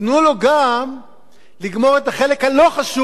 תנו לו גם לגמור את החלק הלא-חשוב,